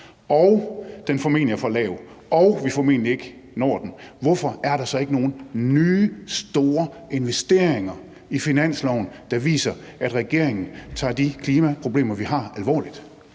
den formentlig er for lav, og at vi formentlig ikke når den, hvorfor er der så ikke nogen nye, store investeringer i finansloven, der viser, at regeringen tager de klimaproblemer, vi har, alvorligt?